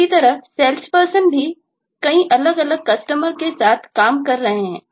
इसी तरह SalesPerson भी कई अलग अलग Customer के साथ काम कर रहे हैं है